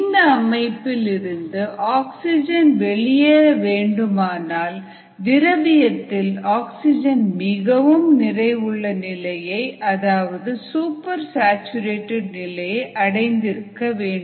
இந்த அமைப்பில் இருந்து ஆக்சிஜன் வெளியேற வேண்டுமானால் திரவியத்தில் ஆக்சிஜன் மிகவும் நிறைவுள்ள நிலையை அதாவது சூப்பர் சாச்சுரேட்டட் நிலையை அடைந்திருக்க வேண்டும்